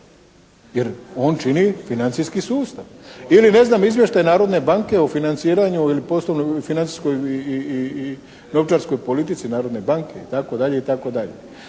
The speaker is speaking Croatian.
jer on čini financijski sustav. Ili ne znam izvještaj Narodne banke o financiranju ili poslovnoj i financijskoj novčarskoj politici Narodne banke itd., itd.?